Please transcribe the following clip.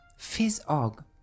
Fizzog